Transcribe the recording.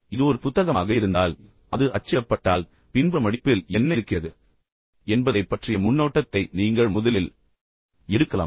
இது ஒரு புத்தகமாக இருந்தால் நீங்கள் செய்யக்கூடியது என்னவென்றால் அது அச்சிடப்பட்டால் பின்புற மடிப்பில் என்ன இருக்கிறது என்பதைப் பற்றிய விரைவான முன்னோட்டத்தை நீங்கள் முதலில் எடுக்கலாம்